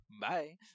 Bye